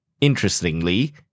Interestingly